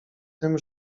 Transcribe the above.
tym